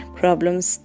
problems